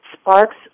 sparks